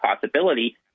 possibility